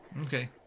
okay